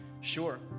sure